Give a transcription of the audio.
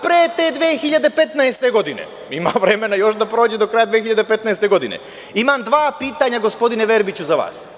Pre te 2015. godine, ima vremena da prođe do kraja 2015. godine, imam dva pitanja, gospodine Verbiću, za vas.